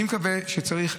אני מקווה שצריך,